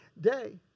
day